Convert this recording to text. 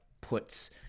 puts